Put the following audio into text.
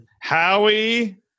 Howie